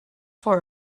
for